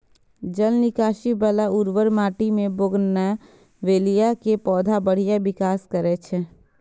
जल निकासी बला उर्वर माटि मे बोगनवेलिया के पौधा बढ़िया विकास करै छै